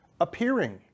appearing